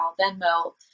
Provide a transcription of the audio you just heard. Venmo